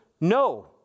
no